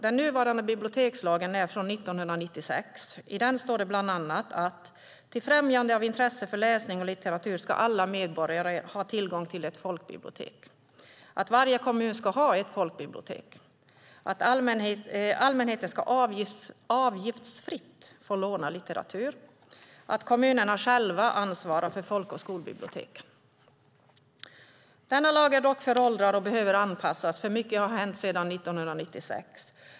Den nuvarande bibliotekslagen är från 1996. I den står det bland annat att till främjande av intresse för läsning och litteratur ska alla medborgare ha tillgång till ett folkbibliotek. Vidare ska varje kommun ha ett folkbibliotek, allmänheten ska avgiftsfritt få låna litteratur och kommunerna ansvarar själva för folk och skolbiblioteken. Denna lag är dock föråldrad och behöver anpassas, för mycket har hänt sedan 1996.